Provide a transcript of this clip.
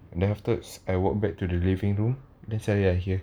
then afterwards I walked back to the living room then suddenly I hear